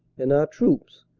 and our troops,